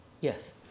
Yes